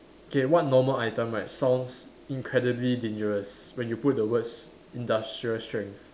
okay what normal item right sounds incredibly dangerous when you put the words industrial strength